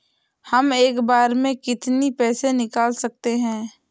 हम एक बार में कितनी पैसे निकाल सकते हैं?